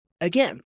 again